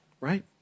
right